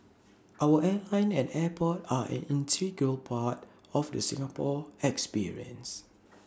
our airline and airport are an integral part of the Singapore experience